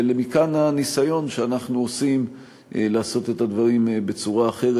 ומכאן הניסיון שאנחנו עושים לעשות את הדברים בצורה אחרת,